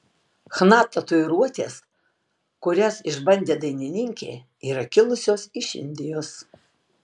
chna tatuiruotės kurias išbandė dainininkė yra kilusios iš indijos